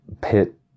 pit